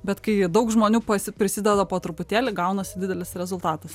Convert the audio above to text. bet kai daug žmonių pasi prisideda po truputėlį gaunasi didelis rezultatas